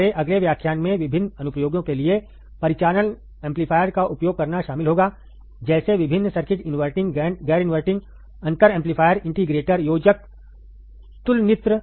हमारे अगले व्याख्यान में विभिन्न अनुप्रयोगों के लिए परिचालन एम्पलीफायर का उपयोग करना शामिल होगा जैसे विभिन्न सर्किट इनवर्टिंग गैर इनवर्टिंग अंतर एम्पलीफायर इंटीग्रेटर योजक adderConnector तुलनित्र